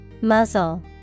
Muzzle